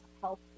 help